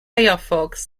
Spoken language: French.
firefox